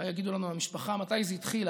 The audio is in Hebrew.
אולי יגידו לנו בני המשפחה מתי זה התחיל,